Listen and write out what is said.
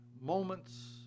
moments